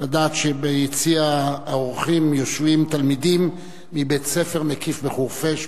לדעת שביציע האורחים יושבים תלמידים מבית-ספר מקיף חורפיש.